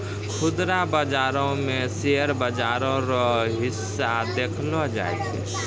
खुदरा बाजारो मे शेयर बाजार रो हिस्सा देखलो जाय छै